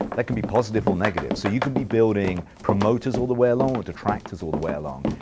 that can be positive or negative, so you could be building promoters all the way along or detractors all the way along.